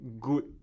good